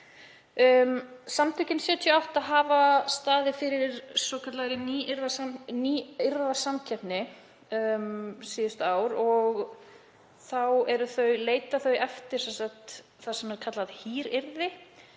Samtökin '78 hafa staðið fyrir svokallaðri nýyrðasamkeppni síðustu ár og þau leita eftir því sem er kallað hýryrði